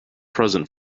present